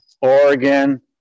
Oregon